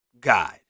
God